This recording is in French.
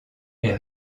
est